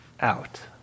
out